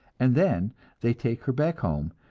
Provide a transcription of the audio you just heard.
and then they take her back home,